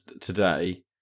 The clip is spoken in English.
today